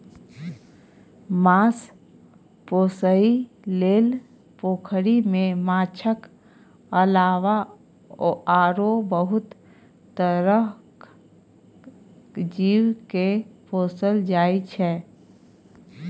माछ पोसइ लेल पोखरि मे माछक अलावा आरो बहुत तरहक जीव केँ पोसल जाइ छै